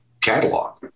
catalog